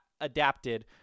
adapted